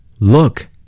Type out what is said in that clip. Look